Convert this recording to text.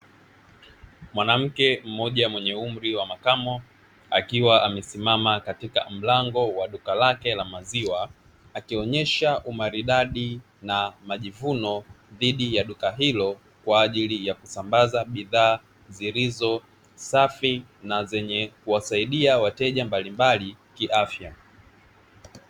Mwanamke mmoja mwenye umri wa makamo akiwa amesimama katika mlango wa duka lake la maziwa, akionyesha umaridadi na majivuno dhidi ya duka hilo kwaajili ya kusambaza bidhaa zilizo safi na zenye kuwasaidia wateja mbalimbali kiafya.